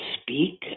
speak